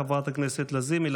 בבקשה, חברת הכנסת לזימי.